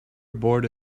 abort